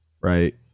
right